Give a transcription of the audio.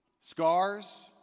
scars